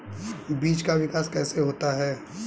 बीज का विकास कैसे होता है?